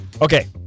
Okay